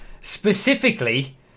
specifically